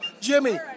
Jimmy